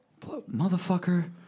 Motherfucker